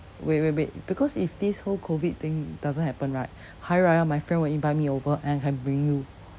wait wait wait because if this whole COVID thing doesn't happen right hari raya my friend will invite me over and I bring you